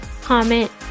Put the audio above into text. comment